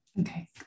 Okay